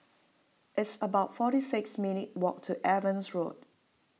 it's about forty six minute walk to Evans Road